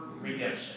redemption